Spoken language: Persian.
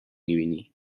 میبینی